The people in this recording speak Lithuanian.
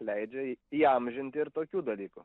leidžia įamžinti ir tokių dalykų